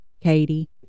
katie